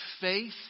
faith